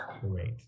great